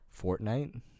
Fortnite